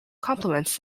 complements